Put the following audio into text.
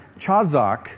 chazak